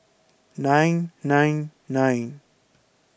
nine nine nine